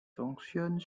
fonctionne